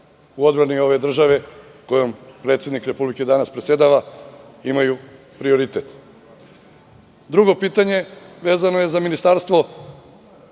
u odbrani ove države kojom predsednik Republike danas predsedava imaju prioritet. Drugo pitanje vezano je za Ministarstvo